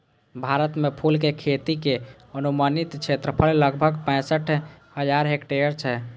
भारत मे फूलक खेती के अनुमानित क्षेत्रफल लगभग पैंसठ हजार हेक्टेयर छै